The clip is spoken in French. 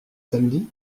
samedi